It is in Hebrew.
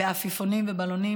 בעפיפונים ובלונים,